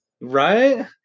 Right